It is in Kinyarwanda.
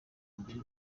mbere